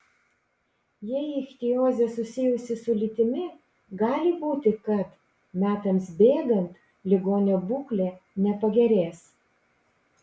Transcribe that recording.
jei ichtiozė susijusi su lytimi gali būti kad metams bėgant ligonio būklė nepagerės